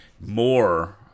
more